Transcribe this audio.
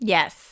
Yes